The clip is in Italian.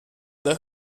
red